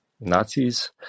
Nazis